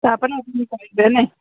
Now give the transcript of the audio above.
ତ ଆପଣ